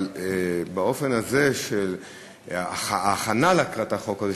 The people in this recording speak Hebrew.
אבל באופן הזה של ההכנה של החוק הזה,